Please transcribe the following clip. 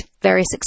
various